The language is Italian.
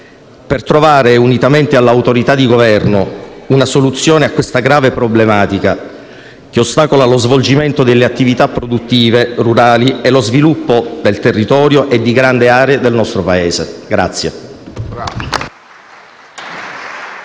per trovare, unitamente all'autorità di Governo, una soluzione a questa grave problematica che ostacola lo svolgimento delle attività produttive rurali e lo sviluppo del territorio e di grandi aree del nostro Paese.